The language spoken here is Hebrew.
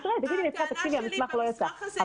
תתקשרי ותגידי שהמסמך לא יצא,